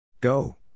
Go